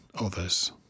others